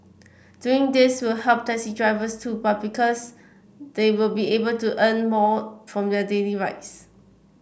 doing this will help taxi drivers too because they'll be able to earn more from their daily rides